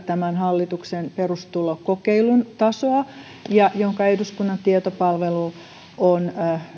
tämän hallituksen perustulokokeilun tasoa ja josta eduskunnan tietopalvelu on